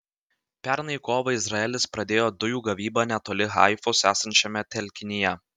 pernai kovą izraelis pradėjo dujų gavybą netoli haifos esančiame telkinyje